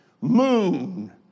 moon